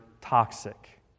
toxic